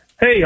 Hey